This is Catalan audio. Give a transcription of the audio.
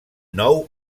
nou